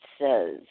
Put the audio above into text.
says